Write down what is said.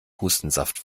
hustensaft